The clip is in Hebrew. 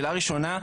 שאלה ראשונה,